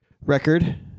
record